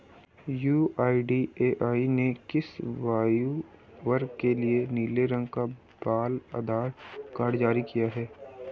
UIDAI ने किस आयु वर्ग के लिए नीले रंग का बाल आधार कार्ड जारी किया है?